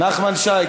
נחמן שי,